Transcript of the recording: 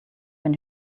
when